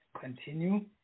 continue